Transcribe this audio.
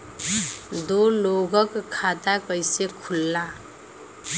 दो लोगक खाता कइसे खुल्ला?